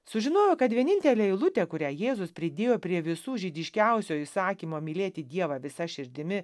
sužinojo kad vienintelė eilutė kurią jėzus pridėjo prie visų žydiškiausio įsakymo mylėti dievą visa širdimi